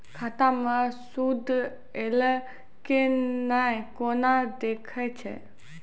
खाता मे सूद एलय की ने कोना देखय छै?